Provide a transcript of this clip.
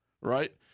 right